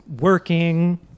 working